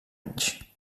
anys